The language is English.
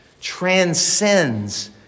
transcends